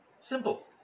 Simple